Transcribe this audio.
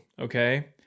okay